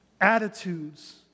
attitudes